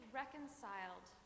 reconciled